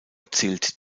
zählt